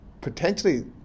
potentially